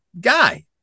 guy